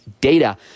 data